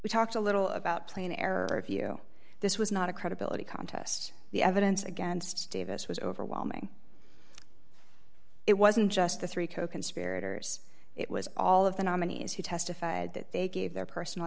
we talked a little about playing error if you this was not a credibility contest the evidence against davis was overwhelming it wasn't just the three coconspirators it was all of the nominees who testified that they gave their personal